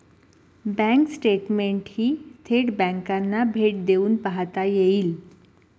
bank स्टेटमेंटही थेट बँकांना भेट देऊन पाहता येईल